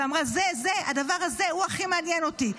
ואמרה: הדבר הזה הכי מעניין אותי,